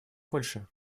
польши